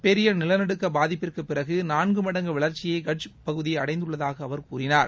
பெரிய நிலநடுக்க பாதிப்பிற்குப் பிறகு நான்கு மடங்கு வளர்ச்சியை கட்ச் பகுதி அடைந்துள்ளதாக அவர் கூறினார்